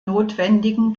notwendigen